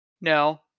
no